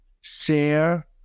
share